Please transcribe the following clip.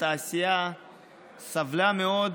התעשייה סבלה מאוד